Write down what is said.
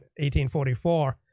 1844